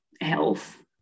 health